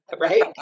right